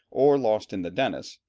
or lost in the dennis,